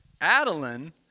Adeline